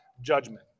judgment